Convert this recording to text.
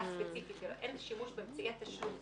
הספציפית אלא אין שימוש באמצעי התשלום.